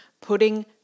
Putting